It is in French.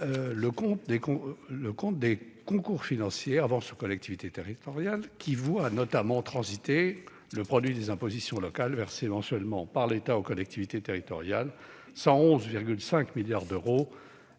le compte de concours financiers « Avances aux collectivités territoriales », qui voit notamment transiter le produit des impositions locales versées mensuellement par l'État aux collectivités territoriales : 111,5 milliards d'euros